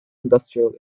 industrial